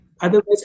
Otherwise